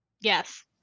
Yes